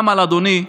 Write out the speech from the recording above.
אמל, אדוני,